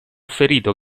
ferito